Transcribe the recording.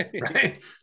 Right